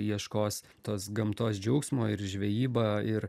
ieškos tos gamtos džiaugsmo ir žvejyba ir